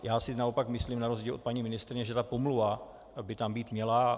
Já si naopak myslím, na rozdíl od paní ministryně, že ta pomluva by tam být měla.